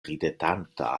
ridetanta